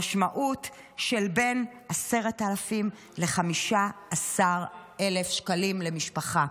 המשמעות היא בין 10,000 שקלים ל-15,000 שקלים למשפחה.